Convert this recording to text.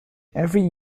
every